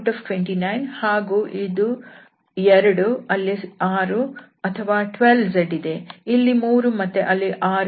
ಇದು 129 ಹಾಗೂ ಇದು 2 ಅಲ್ಲಿ 6 ಅಥವಾ 12 z ಇದೆ ಇಲ್ಲಿ 3 ಮತ್ತು ಅಲ್ಲಿ 6 ಇದೆ